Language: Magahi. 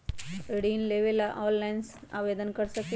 ऋण लेवे ला ऑनलाइन से आवेदन कर सकली?